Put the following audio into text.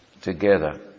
together